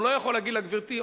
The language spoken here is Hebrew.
הוא לא יכול להגיד לה: גברתי,